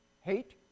hate